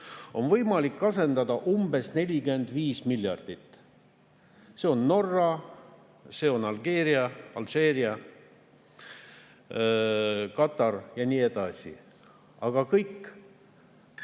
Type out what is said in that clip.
võimalik asendada umbes 45 miljardit. See on Norra, see on Alžeeria, Katar ja nii edasi. Aga kõik ...